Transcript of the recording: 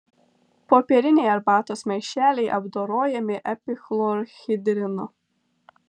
popieriniai arbatos maišeliai apdorojami epichlorhidrinu